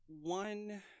One